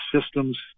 systems